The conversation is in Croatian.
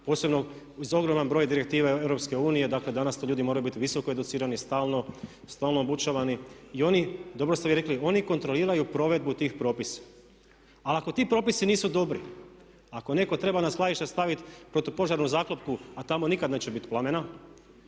posebno uz ogroman broj direktiva EU. Dakle, danas ti ljudi moraju biti visoko educirani, stalno obučavani. I oni, dobro ste vi rekli oni kontroliraju provedbu tih propisa. Ali ako ti propisi nisu dobri, ako netko treba na skladište staviti protupožarnu zaklopku a tamo nikad neće biti plamena